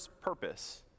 purpose